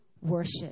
worship